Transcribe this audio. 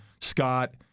Scott